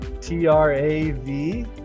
t-r-a-v